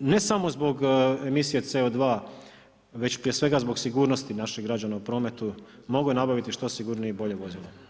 ne samo zbog emisije CO2 već prije svega zbog sigurnosti naših građana u prometu mogli nabaviti što sigurnije i bolje vozilo.